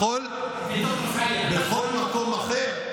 שר הביטחון, בכל מקום אחר,